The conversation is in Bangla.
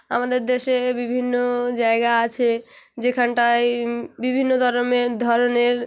আমাদের দেশে বিভিন্ন জায়গা আছে যেখানটায় বিভিন্ন ধরমের ধরনের